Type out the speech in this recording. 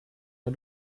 der